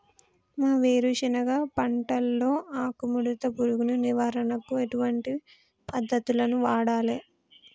మా వేరుశెనగ పంటలో ఆకుముడత పురుగు నివారణకు ఎటువంటి పద్దతులను వాడాలే?